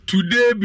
Today